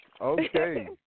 Okay